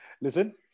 listen